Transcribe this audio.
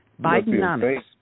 Bidenomics